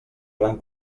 gran